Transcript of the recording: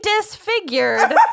disfigured